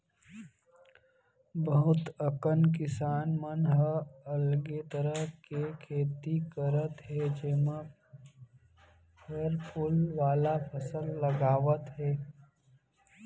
बहुत अकन किसान मन ह अलगे तरह के खेती करत हे जेमा फर फूल वाला फसल लगावत हे